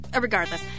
Regardless